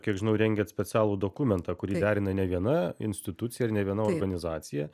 kiek žinau rengiat specialų dokumentą kurį derina ne viena institucija ir ne viena organizacija